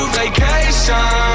vacation